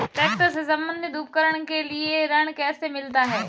Tractor से संबंधित उपकरण के लिए ऋण कैसे मिलता है?